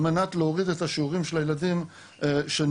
על מנת להוריד את השיעורים של הילדים שנפגעים.